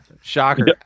Shocker